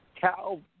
Cal